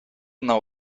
nav